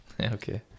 okay